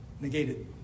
negated